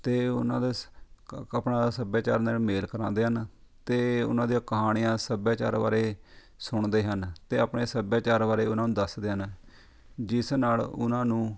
ਅਤੇ ਉਹਨਾਂ ਦੇ ਸ ਕ ਆਪਣਾ ਸੱਭਿਆਚਾਰ ਨਾਲ਼ ਮੇਲ ਕਰਵਾਉਂਦੇ ਹਨ ਅਤੇ ਉਹਨਾਂ ਦੀਆਂ ਕਹਾਣੀਆਂ ਸੱਭਿਆਚਾਰ ਬਾਰੇ ਸੁਣਦੇ ਹਨ ਅਤੇ ਆਪਣੇ ਸੱਭਿਆਚਾਰ ਬਾਰੇ ਉਹਨਾਂ ਨੂੰ ਦੱਸਦੇ ਹਨ ਜਿਸ ਨਾਲ਼ ਉਹਨਾਂ ਨੂੰ